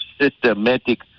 systematic